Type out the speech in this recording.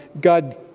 God